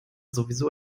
sowieso